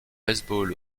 baseball